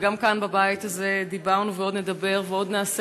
וגם כאן בבית הזה דיברנו ועוד נדבר ועוד נעשה